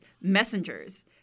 messengers